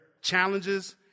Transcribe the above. challenges